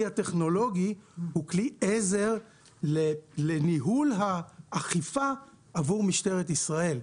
הטכנולוגי הוא עזר לניהול האכיפה עבור משטרת ישראל.